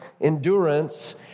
endurance